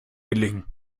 gelingen